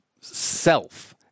self